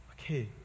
okay